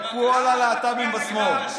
כל הלהט"בים בשמאל.